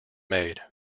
made